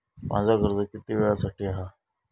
माझा कर्ज किती वेळासाठी हा?